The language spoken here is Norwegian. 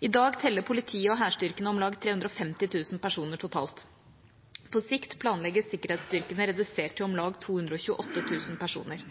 I dag teller politiet og hærstyrkene om lag 350 000 personer totalt. På sikt planlegges sikkerhetsstyrkene redusert til om lag 228 000 personer.